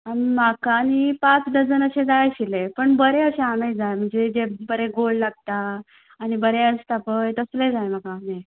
म्हाका न्हय पांच डझन अशे जाय आशिले पूण बरे आसा आंबे झा म्हणजे जे बरे गोड लागता आनी बरे आसता पळय तसले जाय म्हाका हे